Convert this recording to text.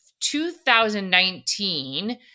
2019